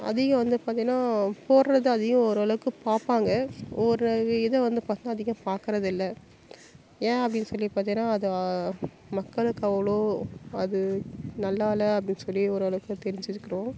அதிகம் வந்து பார்த்தீங்கன்னா போடுறது அதிகம் ஓரளவுக்குப் பார்ப்பாங்க ஒரு இதை வந்து பார்த்தா அதிகம் பார்க்கறதில்ல ஏன் அப்படின் சொல்லி பார்த்தீங்கன்னா அதை மக்களுக்கு அவ்வளோ அது நல்லாயில்ல அப்படின் சொல்லி ஓரளவுக்குத் தெரிஞ்சுருக்குறோம்